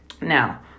Now